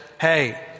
Hey